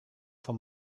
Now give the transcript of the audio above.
for